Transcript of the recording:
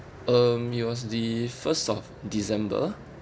um it was the first of december